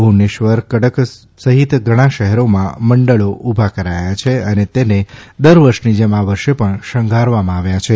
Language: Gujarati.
ભુવનેશ્વર કડક સહિત ઘણા શહેરોમાં મંડળો ઉભા કરાયા છે અને તેને દર વર્ષની જેમ આ વર્ષે પણ શણગારવામાં આવ્યા છે